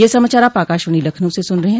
ब्रे क यह समाचार आप आकाशवाणी लखनऊ से सून रहे हैं